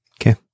Okay